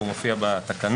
הוא מופיע בתקנות,